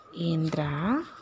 Indra